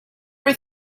were